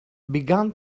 began